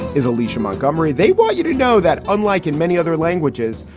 is alicia montgomery. they want you to know that unlike in many other languages,